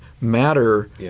matter